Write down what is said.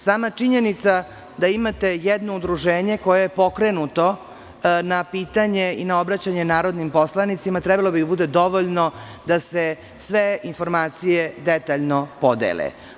Sama činjenica da imate jedno udruženje koje je pokrenuto na pitanje i na obraćanje narodnim poslanicima trebalo bi da bude dovoljno da se sve informacije detaljno podele.